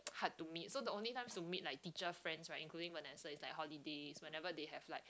hard to meet so the only time to meet like teacher friends right including Vanessa is like holidays whenever they have like